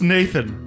Nathan